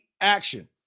action